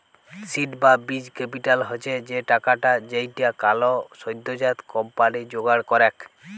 seed বা বীজ capital হচ্ছ সে টাকাটা যেইটা কোলো সদ্যজাত কম্পানি জোগাড় করেক